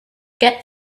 get